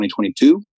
2022